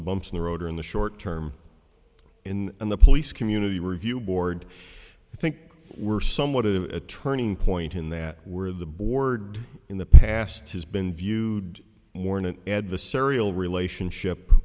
the bumps in the road or in the short term in and the police community review board i think we're somewhat of a turning point in that where the board in the past has been viewed more in an adversarial relationship